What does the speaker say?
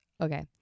Okay